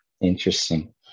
Interesting